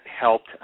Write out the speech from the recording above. helped